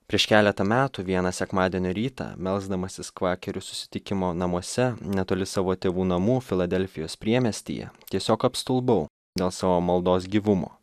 prieš keletą metų vieną sekmadienio rytą melsdamasis kvakerių susitikimo namuose netoli savo tėvų namų filadelfijos priemiestyje tiesiog apstulbau dėl savo maldos gyvumo